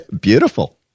Beautiful